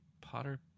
Potter